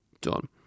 done